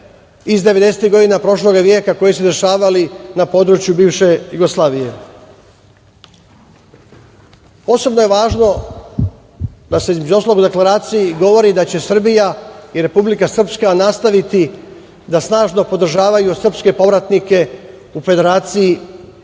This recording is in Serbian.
godina prošlog veka, koji su se dešavali na području bivše Jugoslavije. Posebno je važno da se, između ostalog, u Deklaraciji govori da će Srbija i Republika Srpska nastaviti da snažno podržavaju srpske povratnike u Federaciji